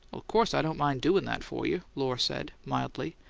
of course i don't mind doin' that for you, lohr said, mildly.